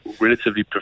Relatively